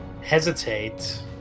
hesitate